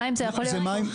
מים זה יכול להיות קולחין.